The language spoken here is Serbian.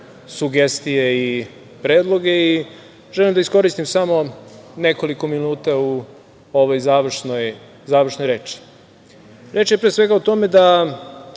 sugestije i predloge. Želim da iskoristim nekoliko minuta u ovoj završnoj reči. Reč je pre svega konkretno